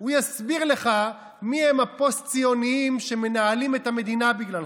הוא יסביר לך מיהם הפוסט-ציונים שמנהלים את המדינה בגללך,